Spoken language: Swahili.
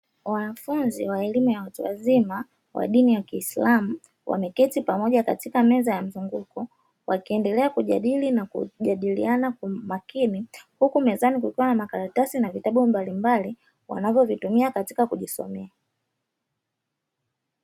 Wanafunzi wa elimu ya watu wazima wa dini ya kiislamu wameketi pamoja katika meza ya mzunguko wakiendelea kujadili na kujadiliana kwa umakini huku mezani kukiwa na makaratasi na vitabu mbalimbali wanavyo vitumia katika kujisomea.